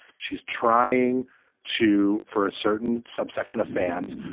she's trying to, for a certain subsection of fans,